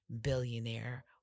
billionaire